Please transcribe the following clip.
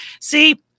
See